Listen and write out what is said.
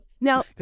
Now